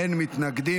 אין מתנגדים,